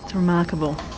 remarkable.